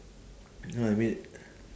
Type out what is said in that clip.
no I mean